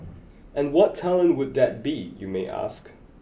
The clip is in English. and what talent would that be you may ask